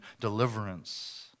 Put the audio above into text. deliverance